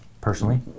personally